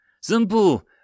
Simple